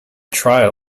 trial